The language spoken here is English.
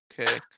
Okay